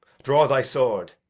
draw thy sword,